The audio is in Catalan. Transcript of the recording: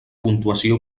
puntuació